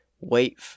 wait